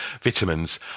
vitamins